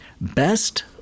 Best